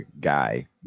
Guy